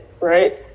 right